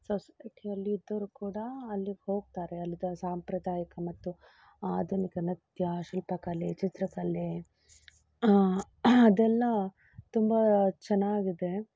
ಸೊಸೈಟಿಯಲ್ಲಿ ಇದ್ದವರು ಕೂಡ ಅಲ್ಲಿಗೆ ಹೋಗ್ತಾರೆ ಅಲ್ಲಿಯ ಸಾಂಪ್ರದಾಯಿಕ ಮತ್ತು ಆಧುನಿಕ ನೃತ್ಯ ಶಿಲ್ಪಕಲೆ ಚಿತ್ರಕಲೆ ಅದೆಲ್ಲ ತುಂಬ ಚೆನ್ನಾಗಿದೆ